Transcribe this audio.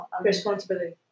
responsibility